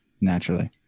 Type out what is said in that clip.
Naturally